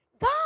God